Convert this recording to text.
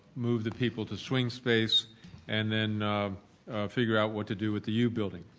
move the people to swing space and then figure out what to do with the u building.